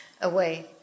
away